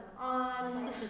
on